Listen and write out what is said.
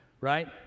Right